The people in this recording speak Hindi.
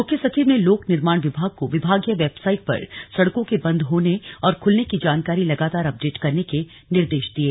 मुख्य सचिव ने लोक निर्माण विभाग को विभागीय वेबसाईट पर सड़कों के बन्द होने और खुलने की जानकारी लगातार अपडेट करने के निर्देश दिये